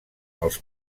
els